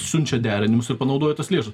siunčia derinimus ir panaudoja tas lėšas